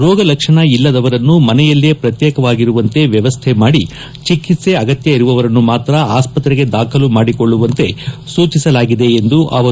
ರೋಗ ಲಕ್ಷಣ ಇಲ್ಲದವರನ್ನು ಮನೆಯಲ್ಲೇ ಶ್ರತ್ಲೇಕವಾಗಿರುವಂತೆ ವ್ಯವಸ್ಥೆಮಾಡಿ ಚಿಕಿತ್ಸೆ ಅಗತ್ಯ ಇರುವವರನ್ನು ಮಾತ್ರ ಆಸ್ಪತ್ತೆಗೆ ದಾಖಲು ಮಾಡಿಕೊಳ್ಳುವಂತೆ ಸೂಚಸಲಾಗಿದೆ ಎಂದರು